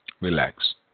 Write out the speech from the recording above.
Relax